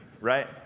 right